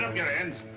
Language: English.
your hands.